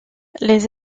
les